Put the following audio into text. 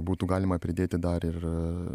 būtų galima pridėti dar ir